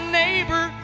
neighbor